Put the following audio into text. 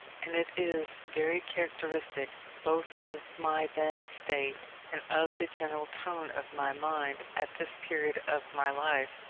and it is very characteristic both of my then state, and of the general tone of my mind at this period of my life,